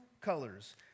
colors